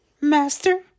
master